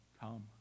Come